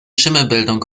schimmelbildung